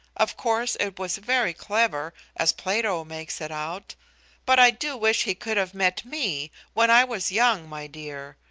of course it was very clever, as plato makes it out but i do wish he could have met me when i was young, my dear.